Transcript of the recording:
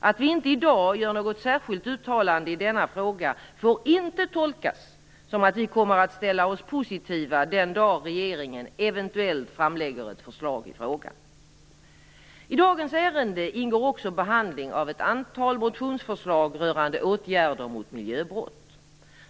Att vi inte i dag gör något särskilt uttalande i denna fråga får inte tolkas som att vi kommer att ställa oss positiva den dag regeringen eventuellt framlägger ett förslag i frågan. I dagens ärende ingår också behandling av ett antal motionsförslag rörande åtgärder mot miljöbrott.